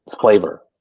flavor